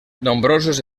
nombrosos